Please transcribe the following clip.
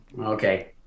Okay